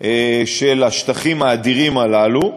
של השטחים האדירים הללו,